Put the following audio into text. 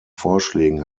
vorschlägen